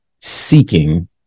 seeking